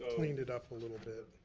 cleaned it up a little bit.